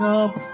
up